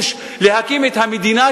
לדייק.